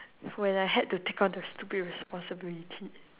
when I had to take on the stupid responsibility